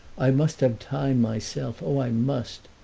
i must have time myself, oh i must!